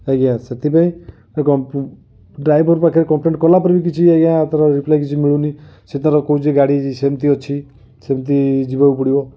ଆଜ୍ଞା ସେଥିପାଇଁ ଡ୍ରାଇଭର ପାଖରେ କମ୍ପ୍ଲେନ କଲା ପରେ ବି କିଛି ଆଜ୍ଞା ତାର ରିପ୍ଲାଇ କିଛି ମିଳୁନି ସେ ତାର କହୁଛି ଗାଡ଼ି ସେମିତି ଅଛି ସେମିତି ଯିବାକୁ ପଡ଼ିବ